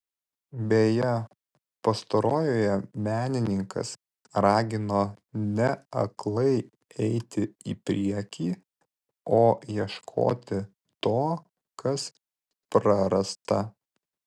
beje pastarojoje menininkas ragino ne aklai eiti į priekį o ieškoti to kas prarasta